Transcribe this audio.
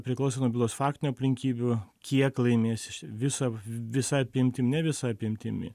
priklauso nuo bylos faktinių aplinkybių kiek laimės iš viso visa apimtim ne visa apimtimi